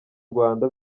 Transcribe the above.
rwanda